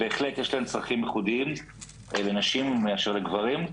בהחלט יש להן צרכים ייחודיים לנשים מאשר לגברים,